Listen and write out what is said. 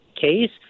case